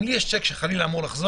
אם לי יש שיק שחלילה אמור לחזור,